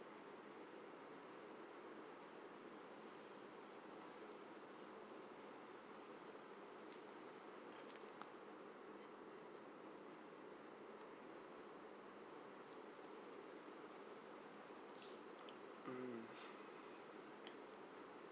mm